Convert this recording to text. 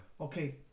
Okay